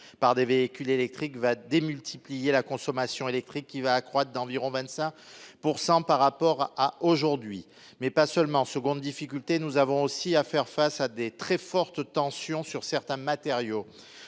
par des véhicules électriques va démultiplier la consommation électrique qui va accroître d'environ 25% par rapport à aujourd'hui, mais pas seulement. Seconde difficulté, nous avons aussi à faire face à des très fortes tensions sur certains matériaux.